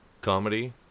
Comedy